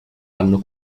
anno